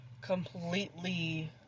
completely